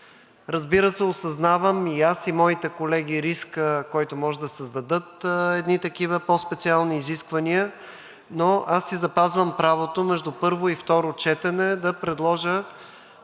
Разбира се, и аз, и моите колеги осъзнаваме риска, който може да създадат едни такива по-специални изисквания, но аз си запазвам правото между първо и второ четене да предложа